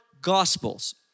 gospels